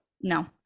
No